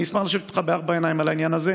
אני אשמח לשבת איתך בארבע עיניים על העניין הזה,